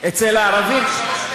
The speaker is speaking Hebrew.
מה זה שלוש מדינות?